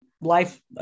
life